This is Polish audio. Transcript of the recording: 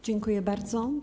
Dziękuję bardzo.